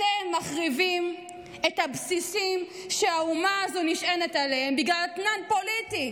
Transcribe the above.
אתם מחריבים את הבסיסים שהאומה הזו נשענת עליהם בגלל אתנן פוליטי,